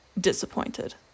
disappointed